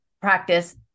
practice